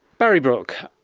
barry brook,